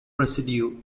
residue